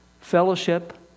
fellowship